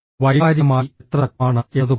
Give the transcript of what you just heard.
വൈകാരികമായി എത്ര ശക്തമാണ് എന്നതുപോലെ